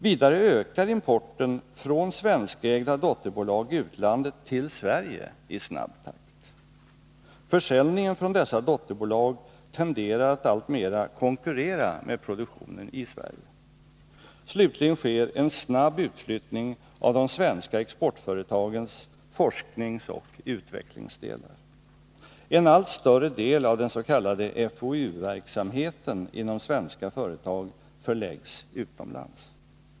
Vidare ökar importen från svenskägda dotterbolag i utlandet till Sverige i snabb takt. Försäljningen från dessa dotterbolag tenderar att alltmer konkurrera med produktionen i Sverige. Slutligen sker en snabb utflyttning av de svenska exportföretagens forskningsoch utvecklingsdelar. En allt större del av den s.k. FOU-verksamheten inom svenska företag förläggs utomlands.